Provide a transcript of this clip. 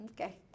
okay